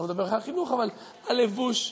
אני לא מדבר על החינוך, אבל הלבוש והדרך.